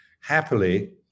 happily